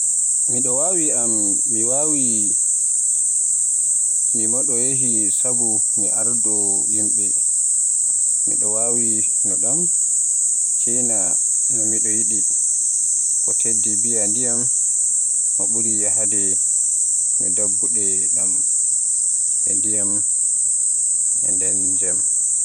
Miɗo waawi am, miɗo waawi no yahii sabu mi arɗo yimɓe, miɗo waɗi no jam, kayna mo miɗo yiɗi, ko teddy bear ndiyam — mo ɓuri yahde, mo ɗaɓɓude ɗam e ndiyam e ndeen jam.